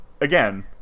Again